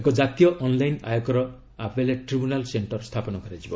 ଏକ ଜାତୀୟ ଅନ୍ଲାଇନ୍ ଆୟକର ଆପେଲେଟ୍ ଟ୍ରିବ୍ୟୁନାଲ୍ ସେକ୍କର୍ ସ୍ଥାପନ କରାଯିବ